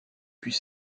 puis